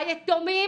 והיתומים,